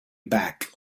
back